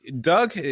Doug